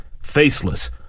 faceless